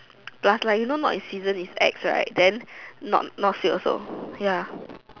plus like you know not in season is ex right then not not sweet also ya